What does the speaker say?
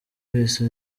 wese